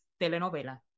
telenovela